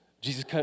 Jesus